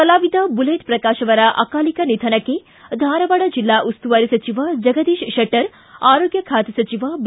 ಕಲಾವಿದ ಬುಲೆಟ್ ಪ್ರಕಾಶ ಅವರ ಅಕಾಲಿಕ ನಿಧನಕ್ಕೆ ಧಾರವಾಡ ಜಿಲ್ಲಾ ಉಸ್ತುವಾರಿ ಸಚಿವ ಜಗದೀಶ ಕೆಟ್ಟರ್ ಆರೋಗ್ಯ ಖಾತೆ ಸಚಿವ ಬಿ